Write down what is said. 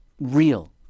real